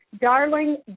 darling